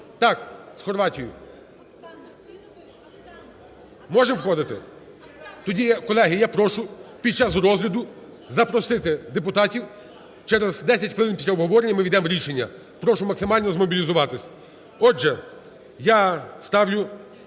Так, з Хорватією. Можемо входити? Тоді, колеги, я прошу під час розгляду запросити депутатів, через десять хвилин після обговорення ми ввійдемо в рішення. Прошу максимально змобілізуватись. Отже, я ставлю.